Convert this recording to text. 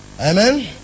Amen